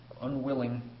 unwilling